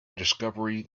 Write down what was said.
discovery